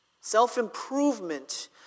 Self-improvement